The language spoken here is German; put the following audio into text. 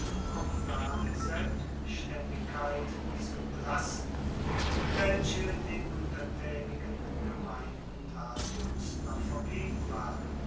kommunale selbstaendigkeit zu belassen welche den untertaenigen gemeinden latiums noch verblieben war